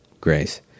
Grace